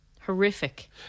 Horrific